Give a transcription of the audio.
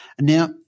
Now